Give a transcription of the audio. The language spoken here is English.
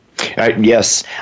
Yes